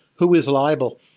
who is liable?